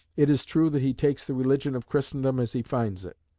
it is true that he takes the religion of christendom as he finds it.